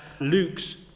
Luke's